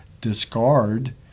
discard